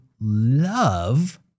love